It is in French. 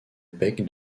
bec